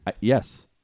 Yes